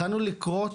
יכולנו לקרוא,